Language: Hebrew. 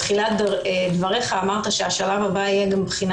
בתחילת דבריך אמרת שהשלב הבא יהיה גם בחינה